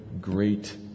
great